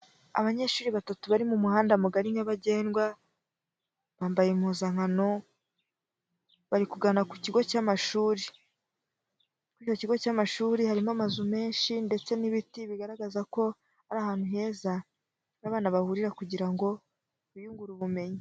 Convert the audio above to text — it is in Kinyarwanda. Abanyeshuri batatu bari mu muhanda mugari nyabagendwa, bambaye impuzankano, bari kugana ku kigo cy'amashuri. Kuri icyo kigo cy'amashuri harimo amazu menshi ndetse n'ibiti bigaragaza ko ari ahantu heza, aho abana bahurira kugira ngo biyungure ubumenyi.